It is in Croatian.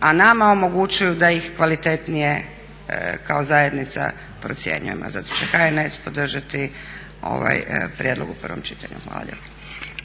a nama omogućuju da ih kvalitetnije kao zajednica procjenjujemo. Zato će HNS podržati ovaj prijedlog u prvom čitanju. Hvala lijepo.